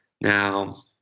Now